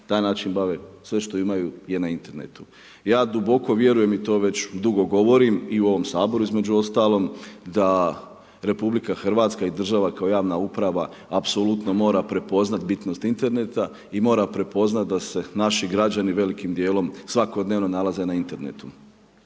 taj način bave, sve što imaju je na internetu. Ja duboko vjerujem i to već dugo govorim i u ovom Saboru između ostalog, da RH i država kao javna uprava apsolutno mora prepoznati bitnost interneta i mora prepoznati da se naši građani velikim djelom svakodnevno nalaze na internetu.